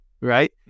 right